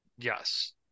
Yes